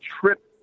TRIP